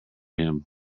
him